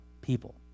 people